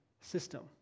system